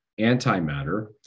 antimatter